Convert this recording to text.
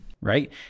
Right